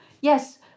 Yes